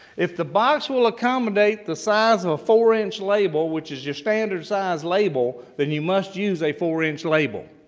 if the box will accommodate the size of a four-inch label, which is your standard size label, then you must use a four-inch label.